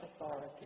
authority